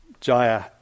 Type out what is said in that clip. Jaya